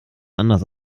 anders